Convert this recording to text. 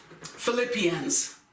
Philippians